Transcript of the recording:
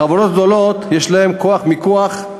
לחברות גדולות יש כוח מיקוח,